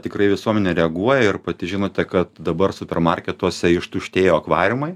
tikrai visuomenė reaguoja ir pati žinote kad dabar supermarketuose ištuštėjo akvariumai